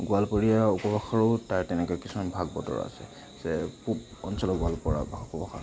গোৱালপৰীয়া উপভাষাৰো তাৰ তেনেকৈ কিছুমান ভাগ বতৰা আছে যে পূব অঞ্চলৰ গোৱালপাৰা উপভাষা